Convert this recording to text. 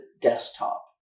desktop